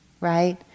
right